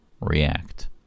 react